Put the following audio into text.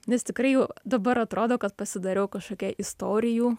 nes tikrai jau dabar atrodo kad pasidariau kažkokia istorijų